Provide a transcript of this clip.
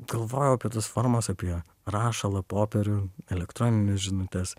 galvojau apie tas formas apie rašalą popierių elektronines žinutes